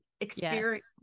experience